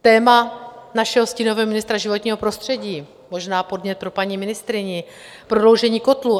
Téma našeho stínového ministra životního prostředí možná podnět pro paní ministryni prodloužení kotlů.